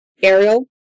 Ariel